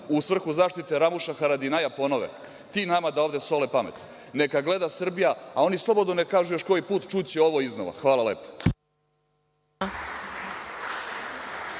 u svrhu zaštite Ramuša Haradinaja, ponove. Ti nama da ovde sole pamet. Neka gleda Srbija, a oni slobodno neka kažu još koji put, čuće ovo iznova. Hvala lepo.